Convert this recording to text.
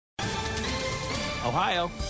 Ohio